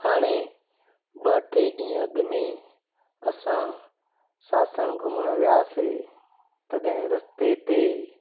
हाणे ॿ टे ॾींहं अॻु में असां सांसण घुमणु वियासीं तॾहिं रस्ते ते